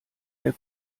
der